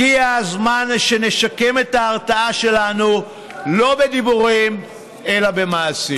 הגיע הזמן שנשקם את ההרתעה שלנו לא בדיבורים אלא במעשים.